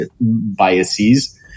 biases